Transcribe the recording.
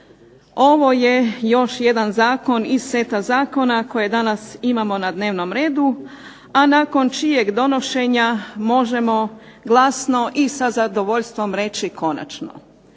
ovo je još jedan zakon iz seta zakona koje danas imamo na dnevnom redu, a nakon čijeg donošenja možemo glasno i sa zadovoljstvom reći konačno,